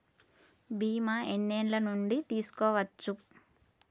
బీమా ఎన్ని ఏండ్ల నుండి తీసుకోవచ్చు?